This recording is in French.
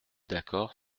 d’accord